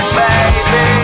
baby